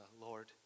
Lord